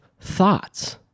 thoughts